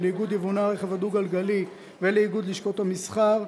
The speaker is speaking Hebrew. לאיגוד יבואני הרכב הדו-גלגלי ולאיגוד לשכות המסחר,